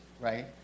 right